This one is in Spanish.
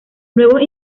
nuevos